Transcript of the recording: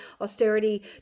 Austerity